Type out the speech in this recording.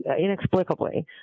inexplicably